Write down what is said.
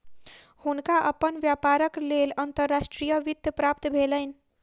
हुनका अपन व्यापारक लेल अंतर्राष्ट्रीय वित्त प्राप्त भेलैन